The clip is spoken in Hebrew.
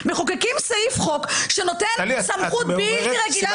מחוקקים סעיף חוק שנותן סמכות בלתי רגילה